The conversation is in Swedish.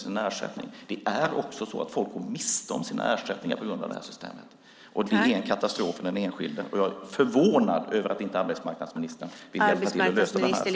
Nu är det dessutom så - och det är viktigt att konstatera - att folk går miste om sin ersättning på grund av det här systemet. Det är en katastrof för den enskilde. Jag är förvånad över att inte arbetsmarknadsministern vill hjälpa till att lösa den här situationen.